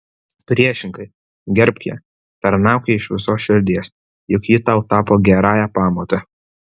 priešingai gerbk ją tarnauk jai iš visos širdies juk ji tau tapo gerąja pamote